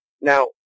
Now